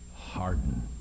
harden